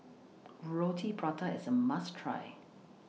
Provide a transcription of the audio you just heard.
Roti Prata IS A must Try